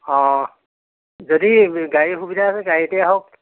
অঁ যদি গাড়ী সুবিধা আছে গাড়ীতে আহক